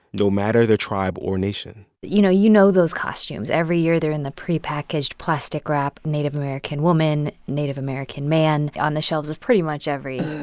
no matter the tribe or nation but you know, you know those costumes. every year, they're in the prepackaged plastic wrap native american woman, native american man on the shelves of pretty much every